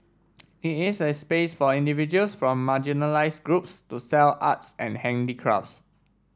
it is a space for individuals from marginalised groups to sell arts and handicrafts